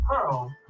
Pearl